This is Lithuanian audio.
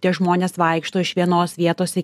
tie žmonės vaikšto iš vienos vietos į